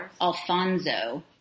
Alfonso